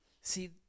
See